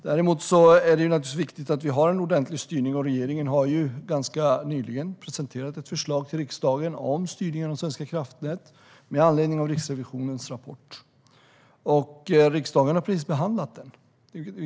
Det är dock viktigt att vi har en ordentlig styrning, och regeringen har ganska nyligen presenterat ett förslag om styrningen av Svenska kraftnät med anledning av Riksrevisionens rapport. Riksdagen har precis behandlat detta.